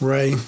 Ray